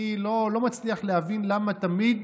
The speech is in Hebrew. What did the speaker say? אני לא מצליח להבין למה תמיד